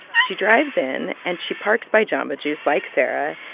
she drives in, and she parks by jamba juice, like sarah.